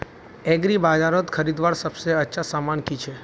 एग्रीबाजारोत खरीदवार सबसे अच्छा सामान की छे?